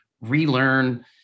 relearn